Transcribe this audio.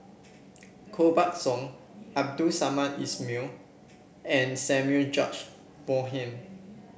Koh Buck Song Abdul Samad Ismail and Samuel George Bonham